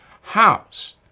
house